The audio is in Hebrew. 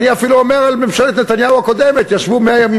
אני אפילו אומר על ממשלת נתניהו הקודמת: ישבו מאה ימים